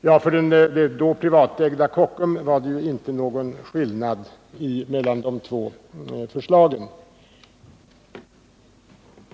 Ja, för det då privatägda Kockum var det inte någon skillnad mellan de två förslagen.